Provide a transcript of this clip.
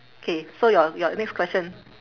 K so your your next question